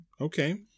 okay